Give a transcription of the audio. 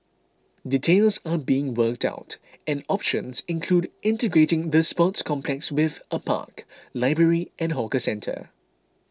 details are being worked out and options include integrating the sports complex with a park library and hawker centre